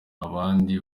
abandi